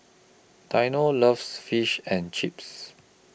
Dino loves Fish and Chips